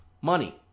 money